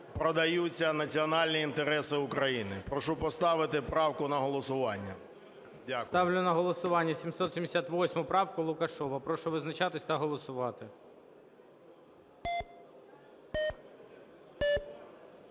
продаються національні інтереси України. Прошу поставити правку на голосування. Дякую. ГОЛОВУЮЧИЙ. Ставлю на голосування 778 правку Лукашева. Прошу визначатися та голосувати.